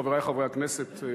חברי חברי הכנסת,